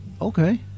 okay